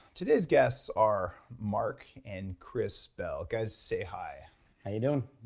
today's guests are mark and chris bell. guys, say hi how you doing?